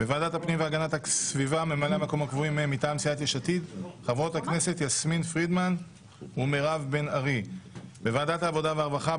ועדת הפנים והגנת הסביבה, ועדת העבודה והרווחה.